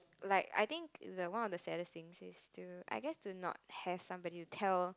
like I think the one of the saddest thing is to I guess to not have somebody to tell